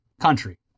country